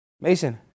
Mason